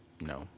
no